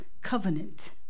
covenant